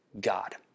God